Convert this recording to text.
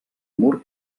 mur